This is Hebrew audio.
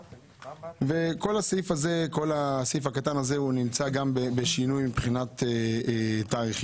כל הסעיף הקטן הזה נמצא בשינוי גם מבחינת תאריכים.